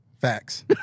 Facts